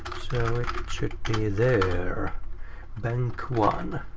so it should be there bank one.